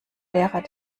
lehrer